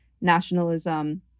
nationalism